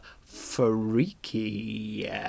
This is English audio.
freaky